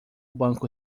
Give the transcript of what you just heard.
banco